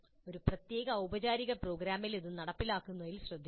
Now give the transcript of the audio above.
ഒരു പ്രത്യേക ഔപചാരിക പ്രോഗ്രാമിൽ ഇത് നടപ്പിലാക്കുന്നതിൽ ശ്രദ്ധിക്കണം